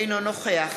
אינו נוכח